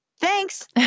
thanks